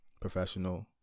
professional